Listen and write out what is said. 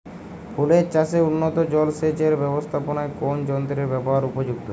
ফুলের চাষে উন্নত জলসেচ এর ব্যাবস্থাপনায় কোন যন্ত্রের ব্যবহার উপযুক্ত?